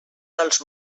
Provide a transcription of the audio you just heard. dels